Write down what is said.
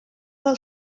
del